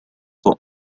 for